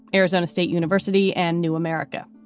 arizona state university and new america.